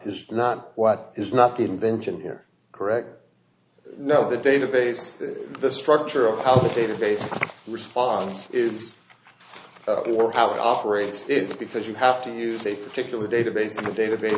is not what is not the intention here correct no the database the structure of how the database responds is or how it operates it's because you have to use a particular database of a database